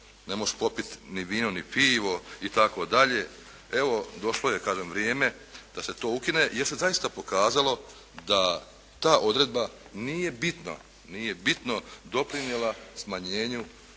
ne mo'š popit ni vino ni pivo" itd. evo došlo je kažem vrijeme da se to ukine jer se zaista pokazalo da ta odredba nije bitno doprinijela smanjenju